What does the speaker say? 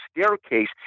staircase